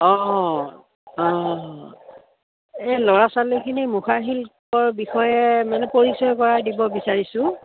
অঁ অঁ অঁ এই ল'ৰা ছোৱালীখিনি মুখাশিল্পকৰ বিষয়ে মানে পৰিচয় কৰাই দিব বিচাৰিছোঁ